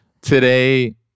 today